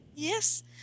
Yes